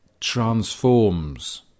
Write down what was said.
transforms